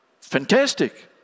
Fantastic